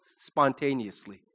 spontaneously